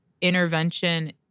intervention